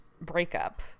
breakup